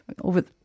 over